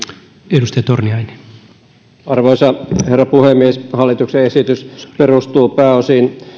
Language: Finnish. arvoisa herra puhemies hallituksen esitys perustuu pääosin